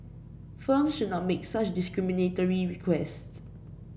firms should not make such discriminatory requests